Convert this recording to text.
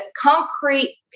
concrete